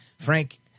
Frank